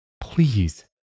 please